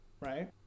right